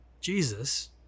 Jesus